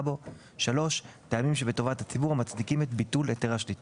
בו; טעמים שבטובת הציבור המצדיקים את ביטול היתר השליטה.